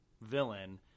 villain